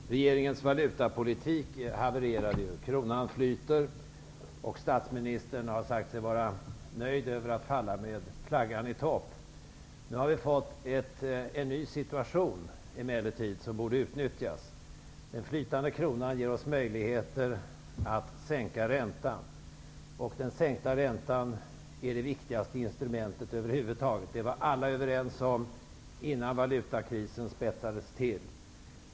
Fru talman! Regeringens valutapolitik har havererat. Kronan flyter. Statsministern har sagt sig vara nöjd med att falla med flaggan i topp. Nu har det emellertid uppstått en ny situation som borde utnyttjas. Den flytande kronan gör det möjligt för oss att sänka räntan. En sänkt ränta är det viktigaste instrumentet över huvud taget. Det var alla överens om innan valutakrisen spetsades till.